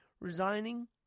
resigning